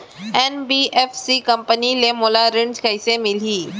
NBFC company ले मोला ऋण कइसे मिलही?